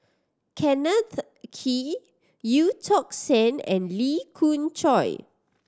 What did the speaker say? Kenneth Kee Eu Tong Sen and Lee Khoon Choy